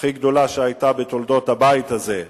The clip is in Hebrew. הכי גדולה שהיתה בתולדות הבית הזה,